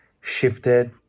shifted